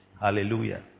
Hallelujah